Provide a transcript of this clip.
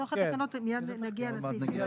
בתוך התקנות, מייד נגיע לסעיפים האלה.